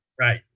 Right